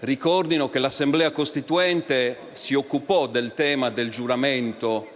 ricorderanno che l'Assemblea Costituente si occupò del tema del giuramento